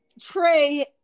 Trey